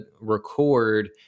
record